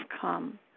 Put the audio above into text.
come